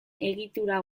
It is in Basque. egitura